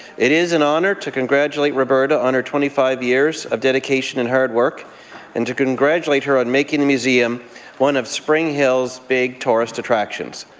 it is an honour to congratulate roberta on her twenty five years of dedication and hard work and to congratulate her on making the museum one of spring hill's big tourist tractions.